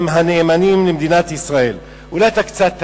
הם נאמנים למדינת ישראל, אולי אתה קצת תמים,